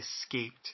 escaped